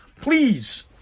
please